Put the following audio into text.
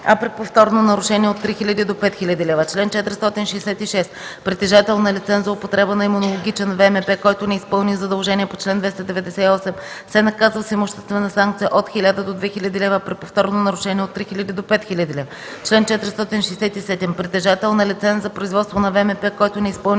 а при повторно нарушение – от 3000 до 5000 лв. Чл. 466. Притежател на лиценз за употреба на имунологичен ВМП, който не изпълни задължение по чл. 298, се наказва с имуществена санкция от 1000 до 2000 лв., а при повторно нарушение – от 3000 до 5000 лв. Чл. 467. Притежател на лиценз за производство на ВМП, който не изпълни